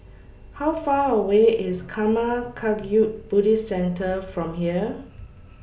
How Far away IS Karma Kagyud Buddhist Centre from here